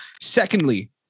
secondly